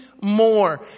more